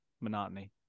monotony